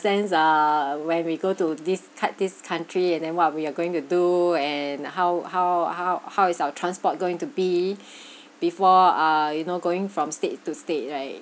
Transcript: sense ah where we go to this coun~ this country and then what we are going to do and how how how how is our transport going to be before ah you know going from state to state right